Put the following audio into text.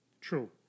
true